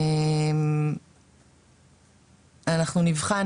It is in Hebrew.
אנחנו נבחן